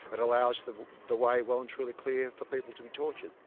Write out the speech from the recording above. it allows the the way well and truly clear for people to be tortured.